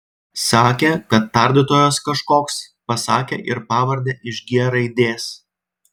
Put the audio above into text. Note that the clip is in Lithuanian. sakė kad tardytojas kažkoks pasakė ir pavardę iš g raidės